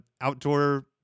outdoor